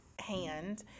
hand